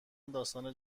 داستان